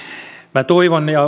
minä toivon ja